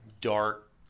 dark